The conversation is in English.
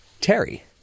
terry